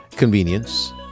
Convenience